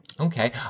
Okay